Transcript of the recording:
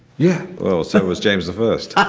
yeah, well, so was james the first.